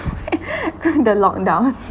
cause the lockdown